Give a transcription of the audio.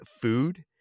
food